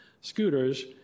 scooters